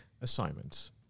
assignments